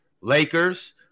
Lakers